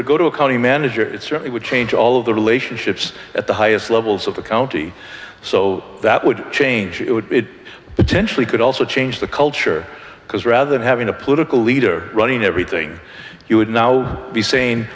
to go to a county manager itself it would change all of the relationships at the highest levels of the county so that would change it would be a potentially could also change the culture because rather than having a political leader running everything you would now be say